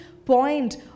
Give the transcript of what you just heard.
point